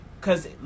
cause